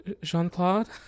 Jean-Claude